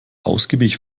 ausgiebig